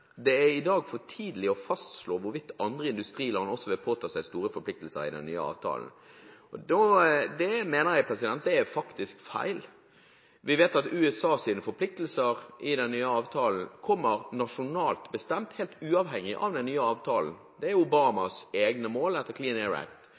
at det i dag er for tidlig å fastslå hvorvidt andre industriland også vil påta seg store forpliktelser i den nye avtalen. Det mener jeg faktisk er feil. Vi vet at USAs forpliktelser i den nye avtalen kommer nasjonalt bestemt, helt uavhengig av den nye avtalen. Det er